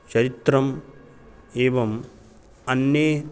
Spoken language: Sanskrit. चरित्रम् एवम् अन्ये